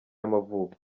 y’amavuko